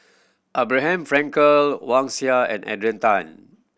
Abraham Frankel Wang Sha and Adrian Tan